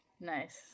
Nice